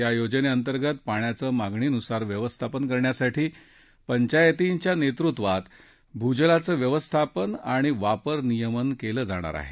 या योजनेअंतर्गत पाण्याचं मागणीनुसार व्यवस्थापन करण्यासाठी पंचायतींच्या नेतृत्वात भूजलाचं व्यवस्थापन आणि वापर नियमन केलं जाणार आहे